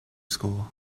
school